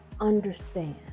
understand